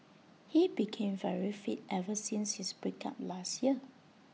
he became very fit ever since his break up last year